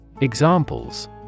Examples